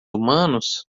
humanos